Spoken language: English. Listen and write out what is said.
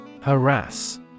Harass